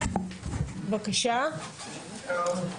בוקר טוב.